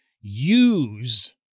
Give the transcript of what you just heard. use